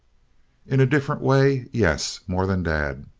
in a different way yes, more than dad!